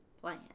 plan